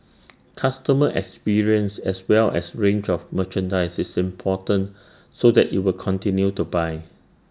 customer experience as well as range of merchandise is important so that IT will continue to buy